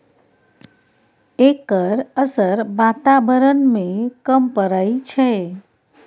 एकर असर बाताबरण में कम परय छै